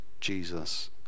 Jesus